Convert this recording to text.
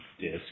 disk